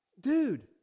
dude